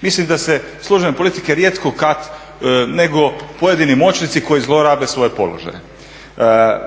Mislim da se službene politike rijetko kad nego pojedini moćnici koji zlorabe svoje položaje.